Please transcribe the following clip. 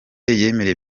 yemereye